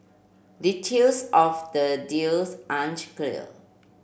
details of the deals aren't clear